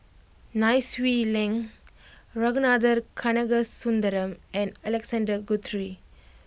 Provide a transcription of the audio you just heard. Nai Swee Leng Ragunathar Kanagasuntheram and Alexander Guthrie